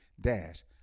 dash